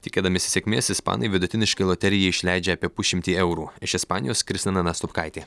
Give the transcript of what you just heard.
tikėdamiesi sėkmės ispanai vidutiniškai loterijai išleidžia apie pusšimtį eurų iš ispanijos kristina nastopkaitė